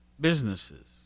businesses